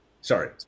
Sorry